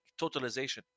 totalization